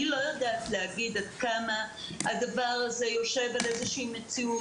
אני לא יודעת להגיד עד כמה הדבר הזה יושב על איזושהי מציאות.